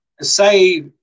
say